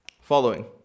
Following